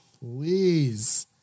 please